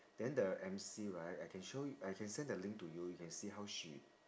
then the emcee right I can show yo~ I can send the link to you you can see how she